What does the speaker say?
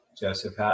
Joseph